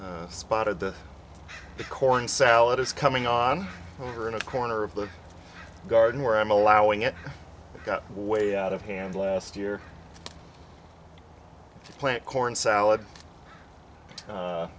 he spotted the corn salad is coming on over in a corner of the garden where i'm allowing it got way out of hand last year to plant corn salad